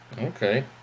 Okay